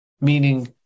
meaning